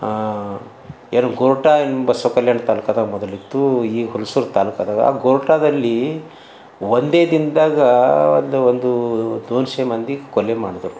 ಏನು ಘೋರ್ಟಾ ಎಂಬ ಸೊಕಲೆಂಟ್ ತಾಲೂಕದಾ ಮೊದಲಿತ್ತು ಈಗ ಹೊಲ್ಸೂರ್ ತಾಲೂಕ್ ಅದಾವೆ ಘೋರ್ಟಾದಲ್ಲಿ ಒಂದೇ ದಿನದಾಗ ಒಂದು ಒಂದು ದೋನ್ಶೆ ಮಂದಿ ಕೊಲೆ ಮಾಡಿದ್ರು